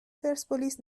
پرسپولیس